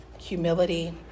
humility